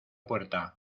puerta